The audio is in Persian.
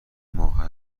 ماه